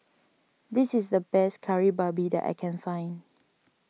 this is the best Kari Babi that I can find